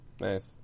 Nice